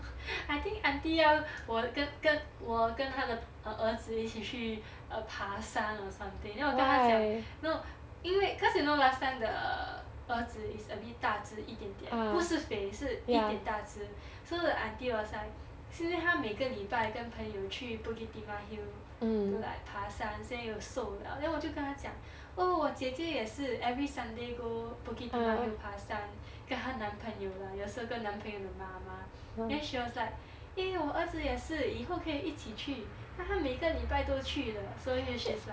I think aunty 要我跟跟我跟她的 uh 儿子一起 uh 去爬山 or something then 我跟她讲 no 因为 cause you know last time the 儿子 is a bit 大只一点点不是肥是一点大只 so the aunty was like 是因为他每个礼拜跟朋友去 bukit timah hill to like 爬山现在有瘦 liao then 我就跟她讲 oh 我姐姐也是 every sunday go bukit timah hill 爬山跟她男朋友 lah 有时候男朋友的妈妈 then she was like eh 我儿子也是以后可以一起去他每个礼拜都去的 so she's like